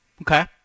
Okay